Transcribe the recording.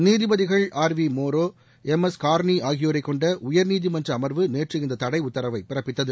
நீதிபதிகள் திருஆர்வி மோரோ திரு எம் எஸ் கார்னி ஆகியோரைக் கொண்ட உயர்நீதிமன்ற அமர்வு நேற்று இந்த தளட உத்தரவை பிறப்பித்தது